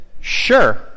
sure